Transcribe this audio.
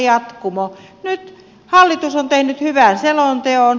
nyt hallitus on tehnyt hyvän selonteon